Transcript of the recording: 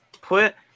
put